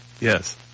Yes